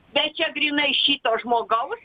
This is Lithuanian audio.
bet čia grynai šito žmogaus